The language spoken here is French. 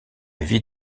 vie